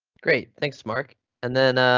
great thanks mark and then.